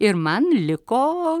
ir man liko